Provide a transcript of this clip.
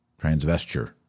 transvesture